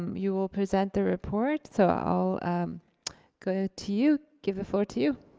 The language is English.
you will present the report. so i'll go to you, give the floor to you.